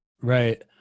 Right